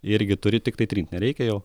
irgi turi tiktai trint nereikia jau